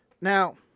Now